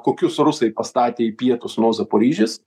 kokius rusai pastatė į pietus nuo zaporyžės